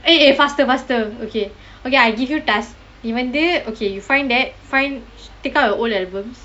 eh eh faster faster okay okay I give you task நீ வந்து:nee vanthu okay you find that find take out your old albums